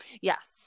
Yes